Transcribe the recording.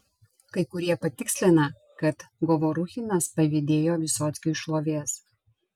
kai kurie patikslina kad govoruchinas pavydėjo vysockiui šlovės